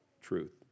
truth